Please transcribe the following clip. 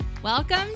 Welcome